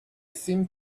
seemed